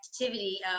activity